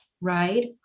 right